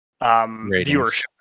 viewership